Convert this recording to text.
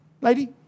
Lady